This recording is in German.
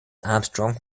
armstrong